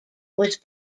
was